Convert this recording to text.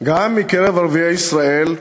גם מקרב ערביי ישראל,